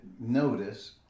notice